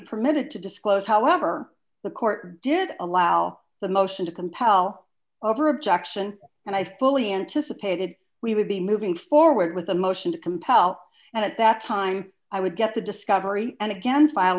permitted to disclose however the court did allow the motion to compel over objection and i fully anticipated we would be moving forward with a motion to compel and at that time i would get the discovery and again